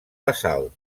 basalt